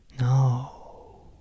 No